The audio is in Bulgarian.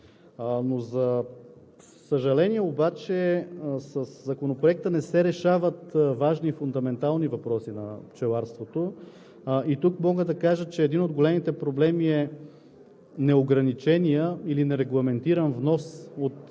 Но, за съжаление, обаче със Законопроекта не се решават важни фундаментални въпроси на пчеларството. И тук мога да кажа, че един от големите проблеми е неограниченият или нерегламентиран внос от трети